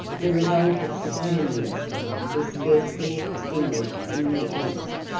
the revolt of saturninus was scarcely extinguished in the east,